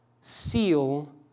seal